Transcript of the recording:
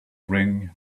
ring